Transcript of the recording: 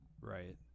Right